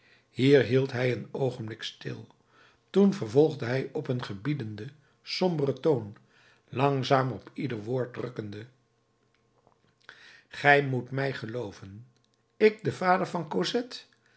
hier hield hij een oogenblik stil toen vervolgde hij op een gebiedenden somberen toon langzaam op ieder woord drukkende gij moet mij gelooven ik de vader van cosette